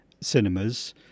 cinemas